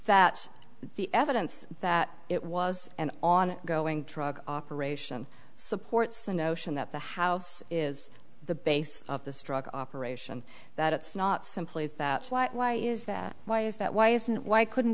that the evidence that it was an on going drug operation supports the notion that the house is the base of the struck operation that it's not simply why is that why is that why isn't it why couldn't